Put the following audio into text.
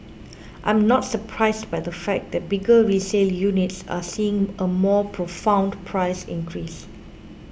I am not surprised by the fact that bigger resale units are seeing a more profound price increase